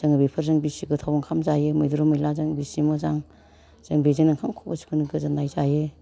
जों बेफोरजों बेसे गोथाव ओंखाम जायो मैद्रु मैलाजों बेसे मोजां जों बेजोंनो ओंखाम खबसेखौनो गोजोनाय जायो